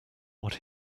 what